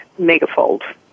megafold